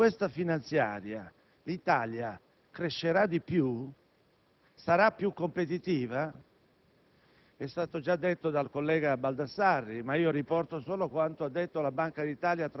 alcune considerazioni sull'aspetto dello sviluppo. È stato detto che questa manovra, così grossa nelle dimensioni, è anche orientata a creare lo sviluppo